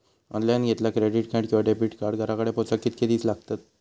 Online घेतला credit card किंवा debit card घराकडे पोचाक कितके दिस लागतत?